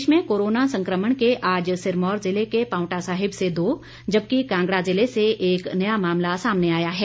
प्रदेश में कोरोना संक्रमण के आज सिरमौर जिले के पांवटा साहिब से दो जबकि कांगड़ा ज़िले से एक नया मामला सामने आया है